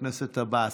חבר הכנסת עבאס,